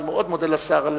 אני מאוד מודה לשר על